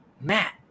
Matt